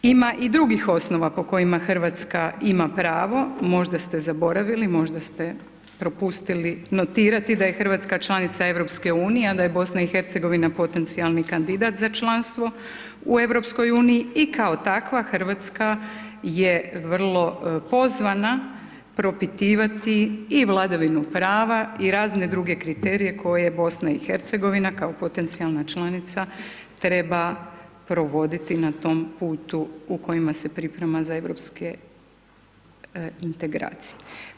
Ima i drugih osnova po kojima Hrvatska ima pravo, možda ste zaboravili, možda ste propustili notirati da je Hrvatska članica EU, a da je BIH potencijalni kandidat za članstvo u EU i kao takva Hrvatska je vrlo pozvana propitivati i vladavinu prava i razne druge kriterije koje BIH kao potencijalna članica treba provoditi na tom putu u kojima se priprema za europske integracije.